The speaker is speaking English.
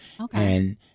Okay